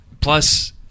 Plus